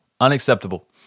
Unacceptable